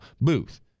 Booth